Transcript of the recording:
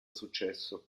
successo